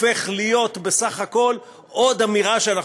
הופך להיות בסך הכול עוד אמירה שאנחנו